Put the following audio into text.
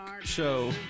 show